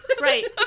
Right